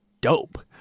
dope